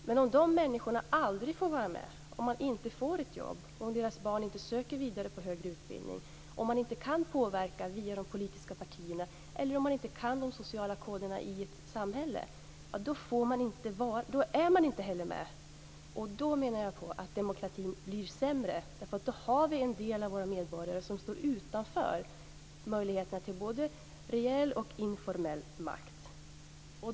Men om dessa människor aldrig får vara med, inte får jobb, om deras barn inte söker vidare till högre utbildning, om de inte kan påverka via de politiska partierna eller inte kan de sociala koderna i ett samhälle, ja, då är de inte heller med. Då blir demokratin sämre, därför att då är det en del av våra medborgare som står utanför möjligheterna till både reell och informell makt.